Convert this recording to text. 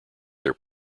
their